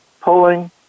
pulling